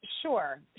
Sure